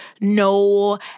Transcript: no